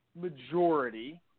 majority